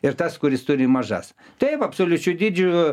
ir tas kuris turi mažas taip absoliučiu dydžiu